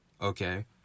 okay